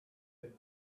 good